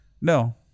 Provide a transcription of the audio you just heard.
No